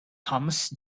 thomas